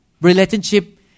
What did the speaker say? Relationship